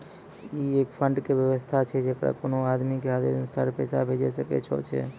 ई एक फंड के वयवस्था छै जैकरा कोनो आदमी के आदेशानुसार पैसा भेजै सकै छौ छै?